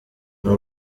n’i